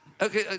Okay